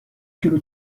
کیلو